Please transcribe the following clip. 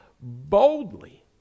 boldly